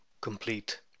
complete